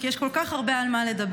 כי יש כל כך הרבה על מה לדבר.